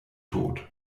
tot